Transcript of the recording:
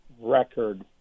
record